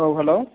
औ हेल'